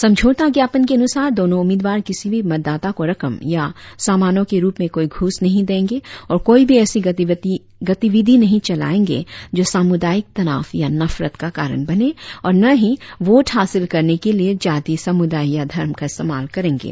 समझौता ज्ञापन के अनुसार दोनों उम्मीदवार किसी भी मतदाता को रकम या सामानों के रुप में कोई घूस नहीं देंगे और कोई भी ऐसी गतिविधि नहीं चलाएंगे जों सामुदायिक तनाव या नफरत का कारण बने और न ही वोट हासिल करने के लिए जाति समुदाय या धर्म का इस्तेमाल करेंगे